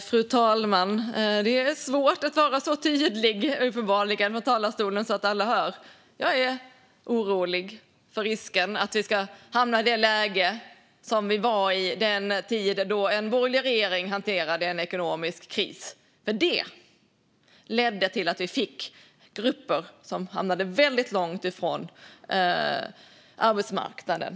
Fru talman! Det är uppenbarligen svårt att vara så tydlig i talarstolen att alla hör. Jag är orolig för risken att vi ska hamna i det läge som vi var i under den tid då en borgerlig regering hanterade en ekonomisk kris, för det ledde till att vi fick grupper som hamnade väldigt långt ifrån arbetsmarknaden.